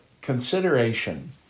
consideration